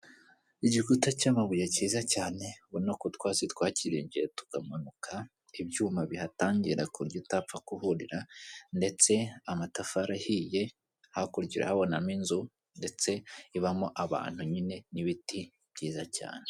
Igikuta cy'amabuye cyiza cyane ubuna ko utwatsi twakirengeye tukamanuka ibyuma bihatangira kuburyo utapfa kuhurira, ndetse amatafari ahiye hakurya urahabonamo inzu ndetse ibamo abantu nyine n'ibiti byiza cyane.